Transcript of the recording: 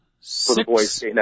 Six